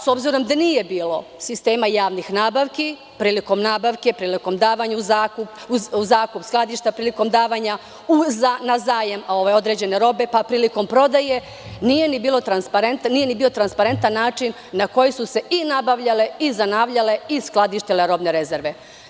S obzirom da nije bilo sistema javnih nabavki, prilikom nabavke, prilikom davanje u zakup skladišta, prilikom davanja na zajam određene robe, pa prilikom prodaje, nije ni bio transparentan način na koji su se i nabavljale i zanavljale i skladištile robne rezerve.